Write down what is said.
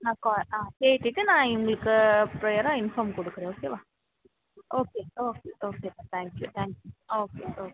நான் கேட்டுவிட்டு நான் உங்களுக்கு இப்போ அதான் இன்ஃபார்ம் கொடுக்குறேன் ஓகேவா okay okay okay thank you thank you okay okay